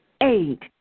Eight